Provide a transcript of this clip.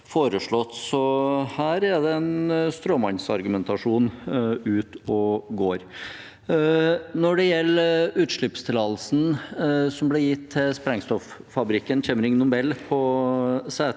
her er det en stråmannsargumentasjon ute og går. Når det gjelder utslippstillatelsen som ble gitt til sprengstoffabrikken Chemring Nobel på Sætre